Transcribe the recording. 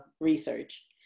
research